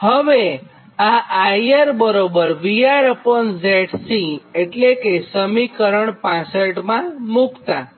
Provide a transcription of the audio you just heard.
હવે આ IR VRZC એટલે કે સમીકરણ 65 માં મુક્તાં